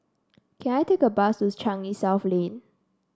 can I take a bus to Changi South Lane